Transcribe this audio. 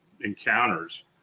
encounters